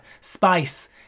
spice